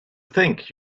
think